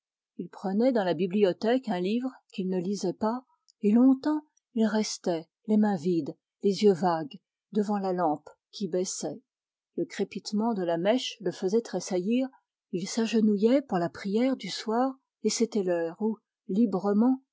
il prenait dans la bibliothèque un livre qu'il ne lisait pas et longtemps il restait les mains vides les yeux vagues devant la lampe qui baissait le crépitement de la mèche le faisait tressaillir il s'agenouillait pour la prière du soir et c'était l'heure où librement